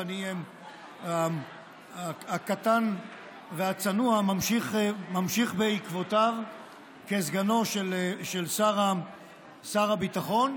ואני הקטן והצנוע ממשיך בעקבותיו כסגנו של שר הביטחון,